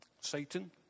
Satan